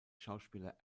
schauspieler